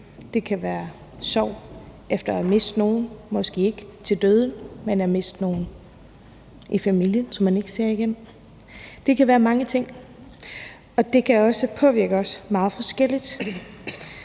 det kan være sorg efter at miste nogen, måske ikke til døden, men at miste nogen i familien, som man ikke ser igen. Det kan være mange ting, og det kan også påvirke os meget forskelligt.